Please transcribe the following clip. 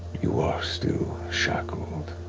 you are still shackled,